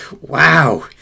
Wow